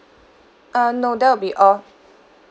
uh no that'll be all